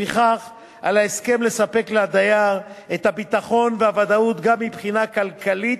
לפיכך על ההסכם לספק לדייר את הביטחון והוודאות גם מבחינה כלכלית,